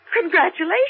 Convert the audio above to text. congratulations